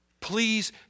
Please